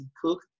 Cook